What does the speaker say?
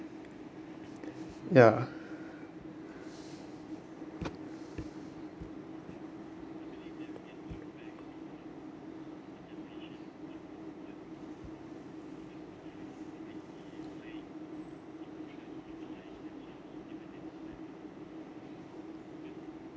ya